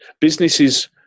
businesses